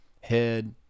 head